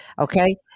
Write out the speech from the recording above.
Okay